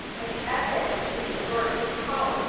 but he evidently knew bert was calling,